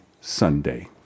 Sunday